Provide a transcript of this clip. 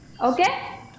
okay